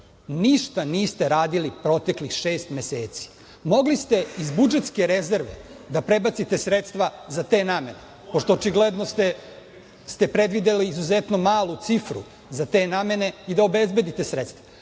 Ništa niste radili proteklih šest meseci. Mogli ste iz budžetske rezerve da prebacite sredstva za te namene, pošto ste očigledno predvideli izuzetno malu cifru za te namene i da obezbedite sredstva.